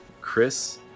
Chris